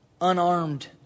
unarmed